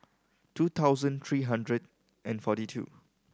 two thousand three hundred and forty two